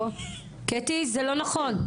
קטי זה לא נכון.